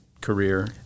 career